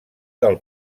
del